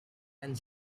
and